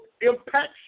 impacts